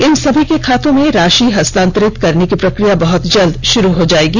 इन सभी के खातों मे राशि हस्तांतरित करने की प्रक्रिया बहुत जल्द शुरु हो जाएगी